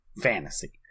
fantasy